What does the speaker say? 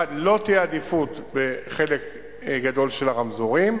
אחד, לא תהיה עדיפות בחלק גדול של הרמזורים,